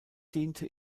diente